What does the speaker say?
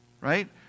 right